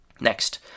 Next